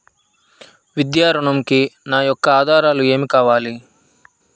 విద్యా ఋణంకి నా యొక్క ఆధారాలు ఏమి కావాలి?